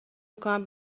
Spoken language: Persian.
میکنن